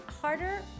harder